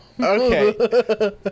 Okay